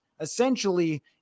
essentially